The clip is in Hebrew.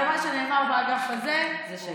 ומה שנאמר באגף הזה זה שקר,